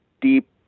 deep